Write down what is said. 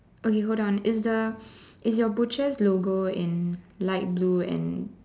okay hold on is the is your butcher's logo in light blue and